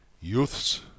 Youths